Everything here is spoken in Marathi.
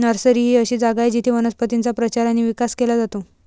नर्सरी ही अशी जागा आहे जिथे वनस्पतींचा प्रचार आणि विकास केला जातो